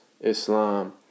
Islam